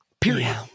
Period